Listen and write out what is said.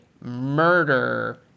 murder